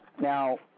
Now